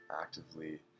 actively